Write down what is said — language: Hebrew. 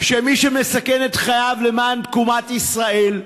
שמי שמסכן את חייו למען תקומת ישראל,